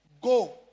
Go